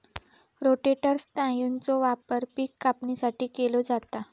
rotator स्नायूचो वापर पिक कापणीसाठी केलो जाता